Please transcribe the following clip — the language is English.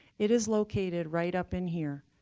it is located right up in here,